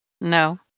No